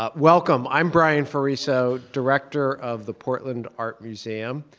ah welcome. i'm brian ferriso, director of the portland art museum.